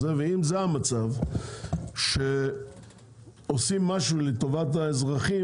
ואם זה המצב שעושים משהו לטובת האזרחים